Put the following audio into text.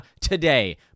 today